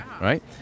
right